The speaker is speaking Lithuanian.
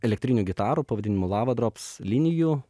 elektrinių gitarų pavadinimu lava drops linijų